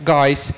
Guys